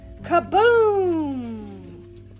Kaboom